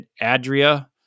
Adria